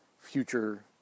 future